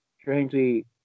strangely